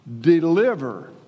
deliver